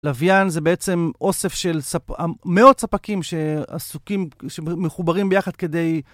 לווין זה בעצם אוסף של מאות ספקים שעסוקים, שמחוברים ביחד כדי...